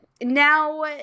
now